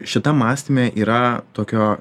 šitam mąstyme yra tokio